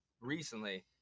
recently